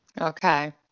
Okay